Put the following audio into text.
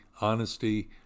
honesty